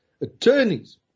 attorneys